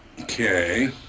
Okay